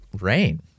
rain